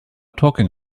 talking